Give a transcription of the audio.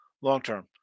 long-term